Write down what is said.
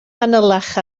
fanylach